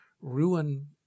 ruin